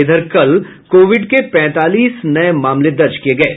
इधर कल कोविड के पैंतालीस नये मामले दर्ज किये गये